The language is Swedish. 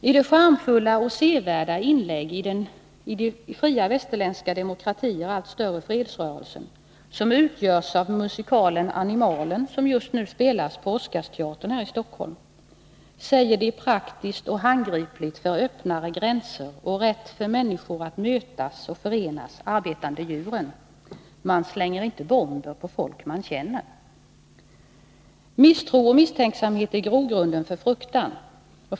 I det charmfulla och sevärda inlägg i den i fria västerländska demokratier allt större fredsrörelsen vilket utgörs av musikalen Animalen, som just nu spelas på Oscarsteatern här i Stockholm, säger de praktiskt och handgripligt för öppnare gränser och rätt för människor att mötas och förenas arbetande djuren: Man slänger inte bomber på folk man känner. — Misstro och misstänksamhet är grogrunden för fruktan.